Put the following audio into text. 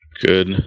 Good